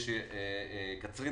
וגם קצרין